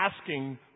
asking